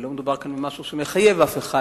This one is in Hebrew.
לא מדובר במשהו שמחייב אף אחד,